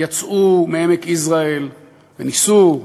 יצאו מעמק יזרעאל וניסו,